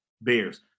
Bears